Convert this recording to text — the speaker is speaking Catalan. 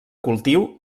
cultiu